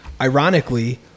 ironically